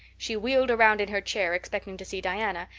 she wheeled around in her chair, expecting to see diana,